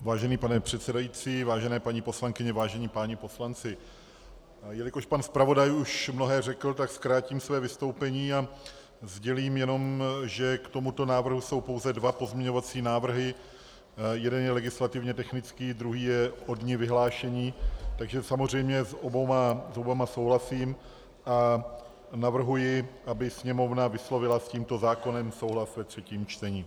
Vážený pane předsedající, vážené paní poslankyně, vážení páni poslanci, jelikož pan zpravodaj už mnohé řekl, tak zkrátím své vystoupení a sdělím jenom, že k tomuto návrhu jsou pouze dva pozměňovací návrhy jeden je legislativně technický, druhý je o dni vyhlášení, takže samozřejmě s oběma souhlasím a navrhuji, aby Sněmovna vyslovila s tímto zákonem souhlas ve třetím čtení.